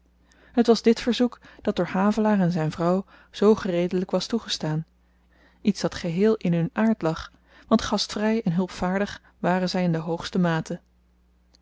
het was dit verzoek dat door havelaar en zyn vrouw zoo gereedelyk was toegestaan iets dat geheel in hun aard lag want gastvry en hulpvaardig waren zy in de hoogste mate